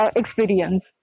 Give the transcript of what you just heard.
experience